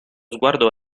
sguardo